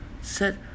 Set